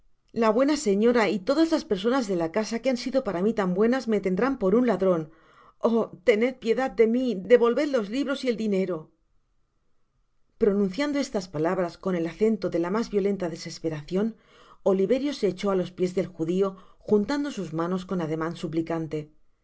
la buena señora y todas las personas de la casa que han sido pa ra mi tan buenas me tendrán por un ladron oh tened piedad de mi devolved los libros y el dinero content from google book search generated at pronunciando estas palabras con el acento de la mas violenta desesperacion oliverio se echó á los piés del judio juntando sus manos con ademan suplicante con